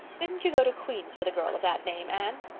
didn't you go to queen's with a girl of that name, anne?